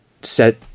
set